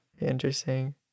interesting